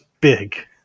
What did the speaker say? big